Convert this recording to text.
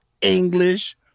English